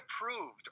approved